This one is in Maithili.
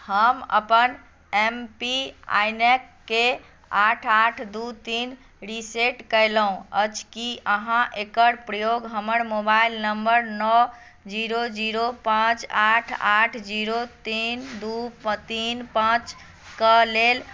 हम अपन एम पी आइ एन केँ आठ आठ दू तीन रिसेट कयलहुँ अछि की अहाँ एकर प्रयोग हमर मोबाइल नंबर नओ जीरो जीरो पाँच आठ आठ जीरो तीन दू तीन पाँच क लेल